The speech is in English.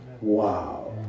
Wow